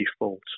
default